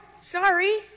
Sorry